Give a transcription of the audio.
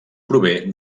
prové